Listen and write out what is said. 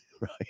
right